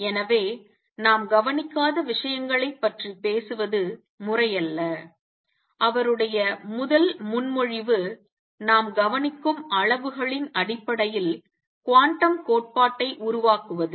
எனவே நாம் கவனிக்காத விஷயங்களைப் பற்றிப் பேசுவது முறையல்ல அவருடைய முதல் முன்மொழிவு நாம் கவனிக்கும் அளவுகளின் அடிப்படையில் குவாண்டம் கோட்பாட்டை உருவாக்குவது